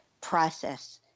process